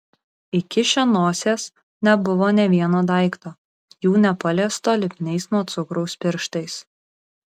įkišę nosies nebuvo nė vieno daikto jų nepaliesto lipniais nuo cukraus pirštais